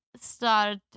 start